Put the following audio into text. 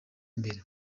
imbere